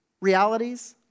realities